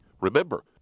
Remember